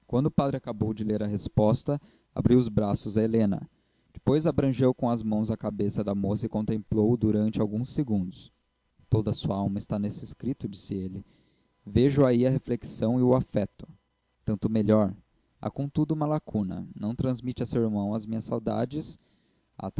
o padre acabou de ler a resposta abriu os braços a helena depois abrangeu com as mãos a cabeça da moça e contemplou-a durante alguns segundos toda a sua alma está nesse escrito disse ele vejo aí a reflexão e o afeto tanto melhor há contudo uma lacuna não transmite a seu irmão as minhas saudades